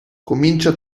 comincia